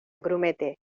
grumete